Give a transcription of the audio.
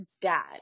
dad